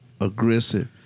aggressive